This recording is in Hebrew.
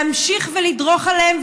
להמשיך ולדרוך עליהם,